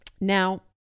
Now